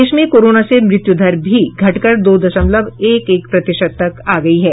देश में कोरोना से मृत्युदर भी घटकर दो दशमलव एक एक प्रतिशत तक आ गई है